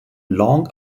long